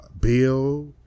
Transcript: Bill